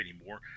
anymore